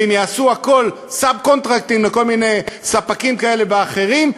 ואם יעשו הכול סאב-קונטרקטים לכל מיני ספקים כאלה ואחרים,